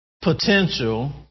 potential